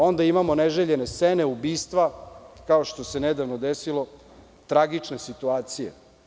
Onda imamo neželjene scene ubistva, kao što se nedavno desilo, tragične situacije.